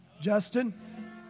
Justin